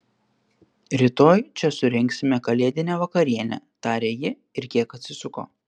rytoj čia surengsime kalėdinę vakarienę tarė ji ir kiek atsisuko